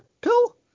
pill